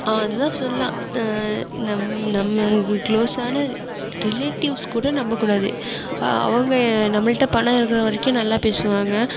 அதுதான் சொல்லலாம் நம் நம்ம க்ளோசான ரிலேட்டிவ்ஸ் கூட நம்பக்கூடாது அவங்க நம்மகிட்ட பணம் இருக்கிற வரைக்கும் நல்லா பேசுவாங்க